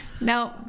No